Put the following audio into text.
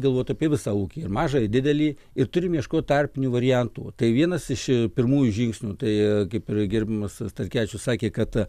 galvot apie visą ūkį ir mažą ir didelį ir turim ieškot tarpinių variantų tai vienas iš pirmųjų žingsnių tai kaip gerbiamas starkevičius sakė kad